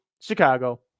Chicago